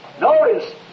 Notice